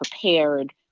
prepared